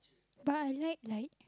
but I like like